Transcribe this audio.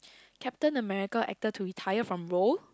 Captain America actor to retire from role